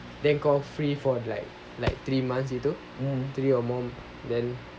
then got free for like like three months gitu three or more then